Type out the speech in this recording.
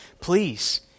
please